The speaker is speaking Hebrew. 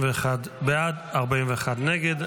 31 בעד, 41 נגד.